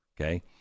okay